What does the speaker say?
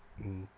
mm